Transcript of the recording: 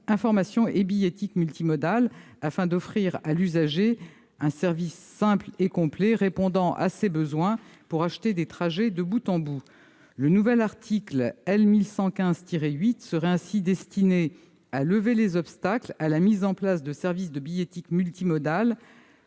information et billettique multimodale, afin d'offrir à l'usager un service simple et complet répondant à ses besoins pour acheter des trajets de bout en bout. Le nouvel article L. 1115-8 du code des transports serait ainsi destiné à lever les obstacles à la mise en place de services de billettique multimodale